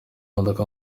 modoka